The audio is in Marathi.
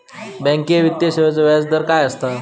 बँकिंग वित्तीय सेवाचो व्याजदर असता काय?